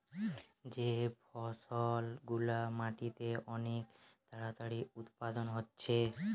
যে ফসল গুলা মাটিতে অনেক তাড়াতাড়ি উৎপাদন হচ্ছে